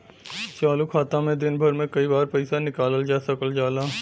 चालू खाता में दिन भर में कई बार पइसा निकालल जा सकल जाला